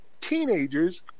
Teenagers